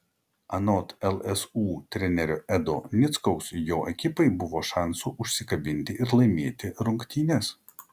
anot lsu trenerio edo nickaus jo ekipai buvo šansų užsikabinti ir laimėti rungtynes